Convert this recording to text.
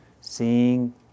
seeing